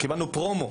קיבלנו פרומו